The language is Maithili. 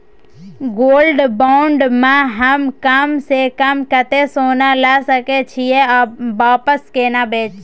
गोल्ड बॉण्ड म हम कम स कम कत्ते सोना ल सके छिए आ वापस केना बेचब?